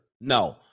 No